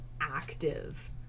active